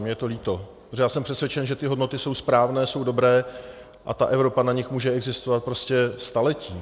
A mně je to líto, protože jsem přesvědčen, že ty hodnoty jsou správné, jsou dobré a Evropa na nich může existovat prostě staletí.